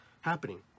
happening